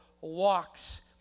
walks